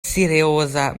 serioza